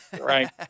right